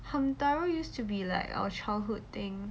hamtaro used to be like our childhood thing